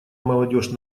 молодежь